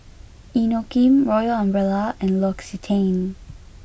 Inokim Royal Umbrella and L'Occitane